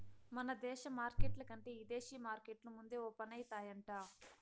మన దేశ మార్కెట్ల కంటే ఇదేశీ మార్కెట్లు ముందే ఓపనయితాయంట